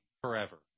forever